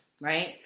right